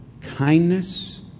kindness